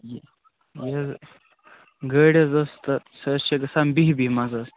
گٲڑ حظ ٲسۍ تہٕ سۄ حظ چھِ گَژھان بیٚہۍ بیٚہۍ منٛزس